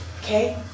okay